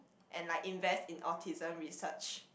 and like invest in autism research